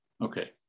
Okay